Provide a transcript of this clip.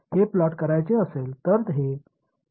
எனவே நான் இதை குறித்தால் இது இது